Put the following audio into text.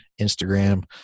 Instagram